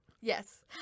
Yes